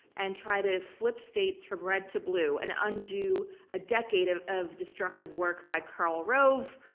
and try to flip states from red to blue and undo a decade of of destructive work by karl rove,